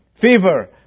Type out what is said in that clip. fever